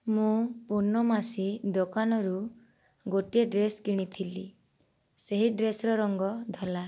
ମୁଁ ପୂର୍ଣ୍ଣମାସି ଦୋକାନରୁ ଗୋଟିଏ ଡ୍ରେସ୍ କିଣିଥିଲି ସେହି ଡ୍ରେସ୍ର ରଙ୍ଗ ଧଳା